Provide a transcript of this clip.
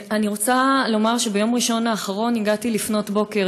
אני רוצה לומר שביום ראשון האחרון הגעתי לפנות בוקר